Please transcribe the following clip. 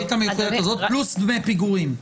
הריבית המיוחדת הזאת פלוס דמי פיגורים.